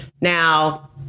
now